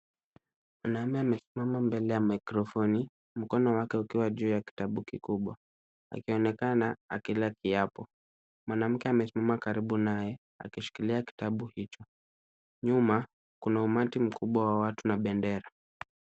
Mwanaume amesimama mbele ya mikrofoni, mkono wake ukiwa juu ya kitabu kikubwa, akionekana akila kiapo. Mwanamke amesimama karibu naye akishikilia kitabu hicho. Nyuma kuna umati mkubwa wa watu na bendera.